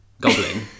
goblin